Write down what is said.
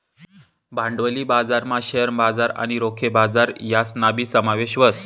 भांडवली बजारमा शेअर बजार आणि रोखे बजार यासनाबी समावेश व्हस